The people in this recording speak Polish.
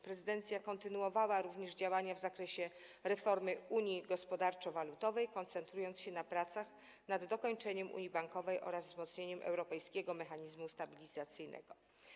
Prezydencja kontynuowała również działania w zakresie reformy unii gospodarczo-walutowej, koncentrując się na pracach nad dokończeniem budowy unii bankowej oraz wzmocnieniem europejskiego mechanizmu stabilizacyjnego.